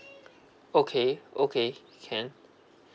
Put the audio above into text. okay okay can